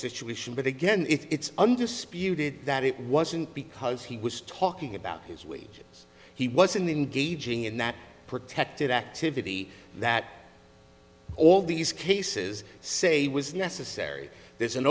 situation but again it's undisputed that it wasn't because he was talking about his wages he was in gauging and not protected activity that all these cases say was necessary there's an